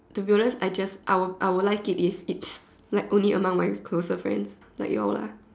to be honest I just I will I will like it if it's like only among my close friends like ya'll lah